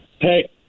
Hey